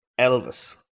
Elvis